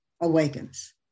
awakens